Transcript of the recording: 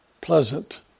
pleasant